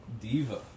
Diva